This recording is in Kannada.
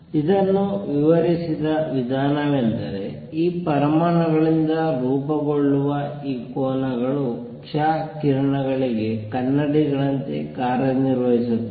ಇದನ್ನು ವಿವರಿಸಿದ ವಿಧಾನವೆಂದರೆ ಈ ಪರಮಾಣುಗಳಿಂದ ರೂಪುಗೊಳ್ಳುವ ಈ ಕೋನಗಳು ಕ್ಷ ಕಿರಣಗಳಿಗೆ ಕನ್ನಡಿಗಳಂತೆ ಕಾರ್ಯನಿರ್ವಹಿಸುತ್ತವೆ